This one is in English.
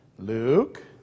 Luke